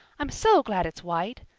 i'm so glad it's white.